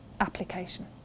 application